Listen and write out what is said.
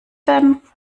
denn